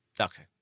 Okay